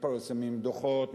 מתפרסמים דוחות,